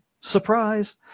Surprise